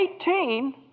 Eighteen